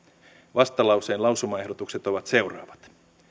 vastalauseen lausumaehdotukset ovat seuraavat